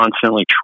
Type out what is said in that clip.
constantly